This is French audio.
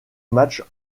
matchs